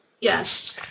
Yes